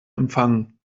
empfangen